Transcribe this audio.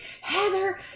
Heather